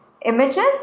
images